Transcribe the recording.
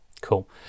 cool